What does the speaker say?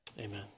Amen